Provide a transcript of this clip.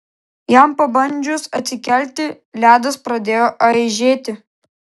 jam pabandžius atsikelti ledas pradėjo aižėti